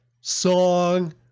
Song